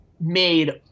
made